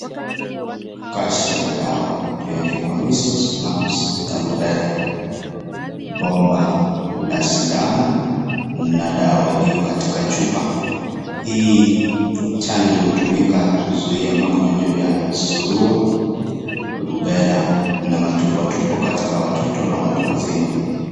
Kasha ya dawa iliyoandikwa Meassles, mumps na Rubella . Bomba la sindano na dawa iliyokatika chupa. Hii chanjo hutumiwa kuzuia magonjwa ya surua, rubella na matupwatupwa katika watoto na watu wazima.